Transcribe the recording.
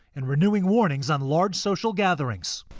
and renewing warnings on large social gatherings.